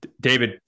David